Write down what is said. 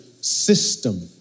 system